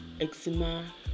eczema